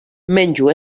menjo